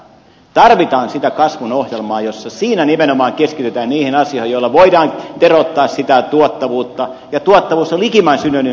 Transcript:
tarvitaan sitä kasvun ohjelmaa jossa nimenomaan keskitytään niihin asioihin joilla voidaan teroittaa sitä tuottavuutta ja tuottavuus on likimain synonyymi kilpailukyvyn kanssa